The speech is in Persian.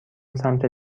سمت